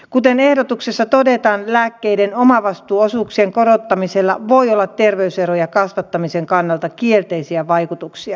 kuten ehdotuksessa todetaan lääkkeiden omavastuuosuuksien korottamisella voi olla terveyserojen kasvattamisen kannalta kielteisiä vaikutuksia